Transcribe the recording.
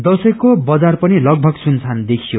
दशैंको बजार पनि लगथग सुनसान देखियो